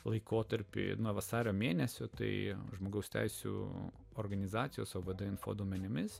laikotarpį nuo vasario mėnesio tai žmogaus teisių organizacijos ovd info duomenimis